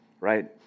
right